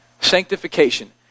Sanctification